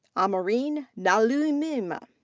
amoreen naluyima.